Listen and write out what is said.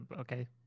okay